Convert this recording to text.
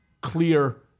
clear